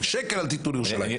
שקל אל תתנו לירושלים.